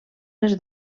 les